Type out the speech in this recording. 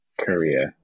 Korea